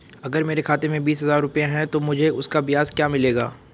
अगर मेरे खाते में बीस हज़ार रुपये हैं तो मुझे उसका ब्याज क्या मिलेगा?